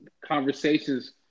conversations